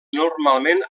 normalment